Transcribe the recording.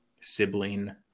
sibling